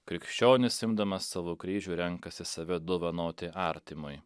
krikščionis imdamas savo kryžių renkasi save dovanoti artimui